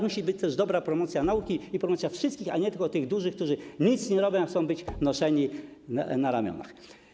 Musi być dobra promocja nauki i promocja wszystkich, a nie tylko tych dużych, którzy nic nie robią, a chcą być noszeni na ramionach.